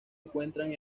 encuentran